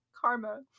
Karma